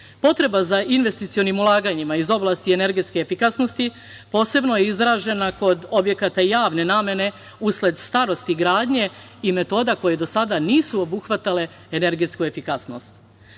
Potreba za investicionim ulaganjima iz oblasti energetske efikasnosti posebno je izražena kod objekata javne namene usled starosti gradnje i metoda koje do sada nisu obuhvatale energetsku efikasnost.